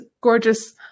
gorgeous